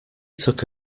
took